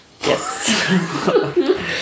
Yes